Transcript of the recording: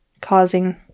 causing